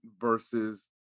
versus